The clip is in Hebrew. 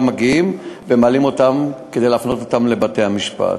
מגיעים ומעלים אותם כדי להפנות אותם לבתי-המשפט.